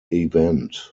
event